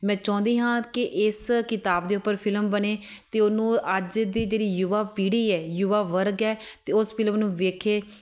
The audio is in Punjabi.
ਮੈਂ ਚਾਹੁੰਦੀ ਹਾਂ ਕਿ ਇਸ ਕਿਤਾਬ ਦੇ ਉੱਪਰ ਫਿਲਮ ਬਣੇ ਅਤੇ ਉਹਨੂੰ ਅੱਜ ਦੀ ਜਿਹੜੀ ਯੁਵਾ ਪੀੜ੍ਹੀ ਹੈ ਯੁਵਾ ਵਰਗ ਹੈ ਅਤੇ ਉਸ ਫਿਲਮ ਨੂੰ ਵੇਖੇ